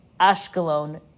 Ashkelon